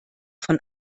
von